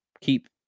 keep